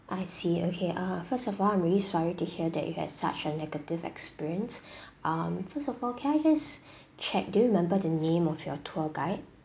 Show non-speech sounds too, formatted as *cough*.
I see okay uh first of all I'm really sorry to hear that you have such a negative experience *breath* um first of all can I just *breath* check do you remember the name of your tour guide